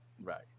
right